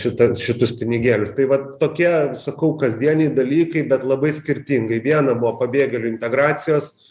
šita šitus pinigėlius tai vat tokie sakau kasdieniai dalykai bet labai skirtingai viena buvo pabėgėlių integracijos